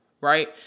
Right